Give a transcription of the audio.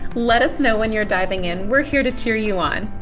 let us know when you're diving in. we're here to cheer you on.